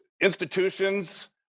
institutions